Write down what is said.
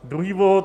Druhý bod.